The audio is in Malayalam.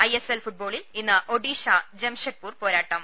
ഐഎസ് എൽ ഫുട്ബോളിൽ ഇന്ന് ഒഡീഷ ജംഷഡ്പൂർ പോരാട്ടം